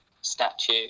statue